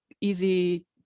easy